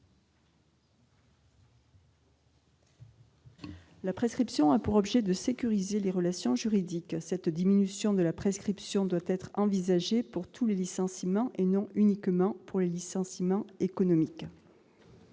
La prescription a pour objet de sécuriser les relations juridiques. Cette diminution de la prescription doit être envisagée pour tous les licenciements et non uniquement pour les licenciements économiques.